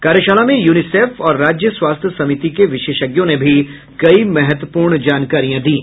कार्यशाला में यूनीसेफ और राज्य स्वास्थ्य समिति के विशेषज्ञों ने भी कई महत्वपूर्ण जानकारियां दीं